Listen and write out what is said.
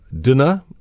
dinner